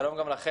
שלום גם לכן,